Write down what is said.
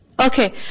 Okay